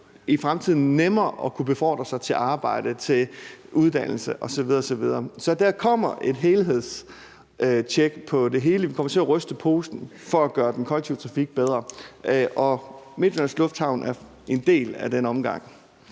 i fremtiden nemmere at kunne befordre sig til arbejde, til uddannelse osv. osv. Så der kommer et helhedstjek på det hele. Vi kommer til at ryste posen for at gøre den kollektive trafik bedre, og Midtjyllands Lufthavn er en del af den omgang.